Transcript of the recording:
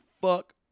fuck